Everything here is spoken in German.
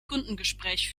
kundengespräch